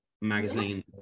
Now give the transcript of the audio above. magazine